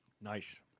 Nice